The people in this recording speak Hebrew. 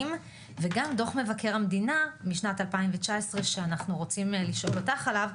וגם דוח מבקר המדינה משנת 2019 שאנחנו רוצים לשאול אותך עליו,